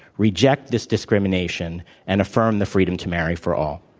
reject this discrimination and affirm the freedom to marry for all.